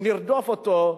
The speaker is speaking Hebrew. נרדוף אותו,